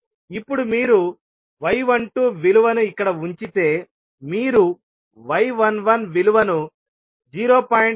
ఇప్పుడు మీరు y12 విలువను ఇక్కడ ఉంచితే మీరు y11 విలువను 0